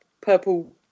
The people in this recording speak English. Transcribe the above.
purple